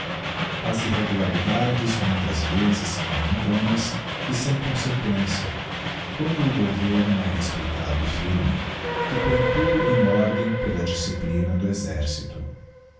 as irregularidades muitas vezes são momentâneas e sem consequência quando o governo é respeitado e firme que põe tudo em ordem pela disciplina do exercito